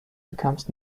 becomes